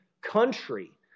country